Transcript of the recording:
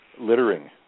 Littering